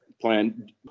plan